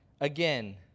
again